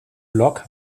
lok